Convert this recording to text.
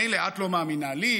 מילא את לא מאמינה לי,